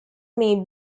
may